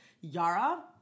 Yara